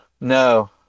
No